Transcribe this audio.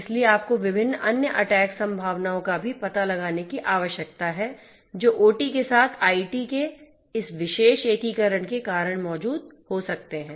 इसलिए आपको विभिन्न अन्य अटैक संभावनाओं का भी पता लगाने की आवश्यकता है जो ओटी के साथ आईटी के इस विशेष एकीकरण के कारण मौजूद हो सकते हैं